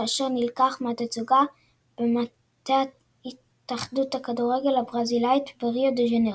כאשר נלקח מתצוגה במטה התאחדות הכדורגל הברזילאית בריו דה ז'ניירו.